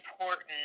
important